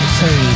say